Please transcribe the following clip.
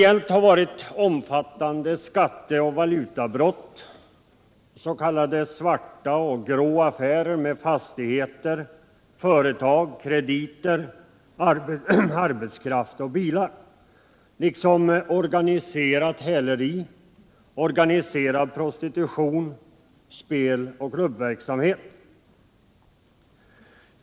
Främst har det gällt omfattande skatteoch valutabrott, s.k. svarta och grå affärer med fastigheter, företag, krediter, arbetskraft och bilar liksom organiserat häleri och organiserad prostitution, spel och klubbverksamhet.